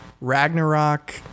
Ragnarok